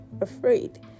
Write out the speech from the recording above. afraid